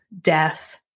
death